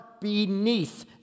beneath